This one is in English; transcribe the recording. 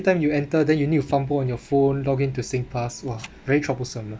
time you enter then you need to fumble on your phone log in to singpass !wah! very troublesome lah